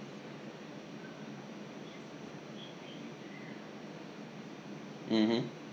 mmhmm